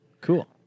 cool